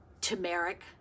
turmeric